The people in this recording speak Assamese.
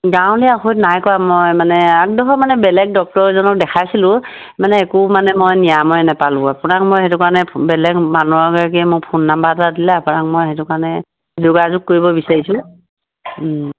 গাঁৱলীয়া ঔষধ নাই কৰা মই মানে আগডোখৰ মানে বেলেগ ডক্তৰ এজনক দেখাইছিলোঁ মানে একো মানে মই নিৰাময় নাপালোঁ আপোনাক মই সেইটো কাৰণে বেলেগ মানুহ এগৰাকীয়ে মোৰ ফোন নাম্বাৰ এটা দিলে আপোনাক মই সেইটো কাৰণে যোগাযোগ কৰিব বিচাৰিছোঁ